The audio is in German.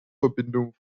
verbindung